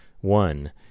one